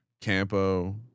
Campo